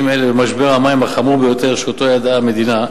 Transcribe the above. אלה במשבר המים החמור ביותר שידעה המדינה,